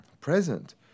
present